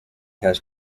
has